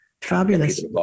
Fabulous